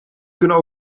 kunnen